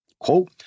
Quote